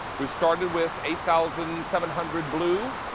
we started with eight thousand seven hundred blue.